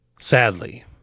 Sadly